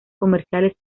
comerciales